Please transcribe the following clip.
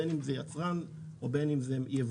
בין אם זה יצרן או בין אם זה יבואן.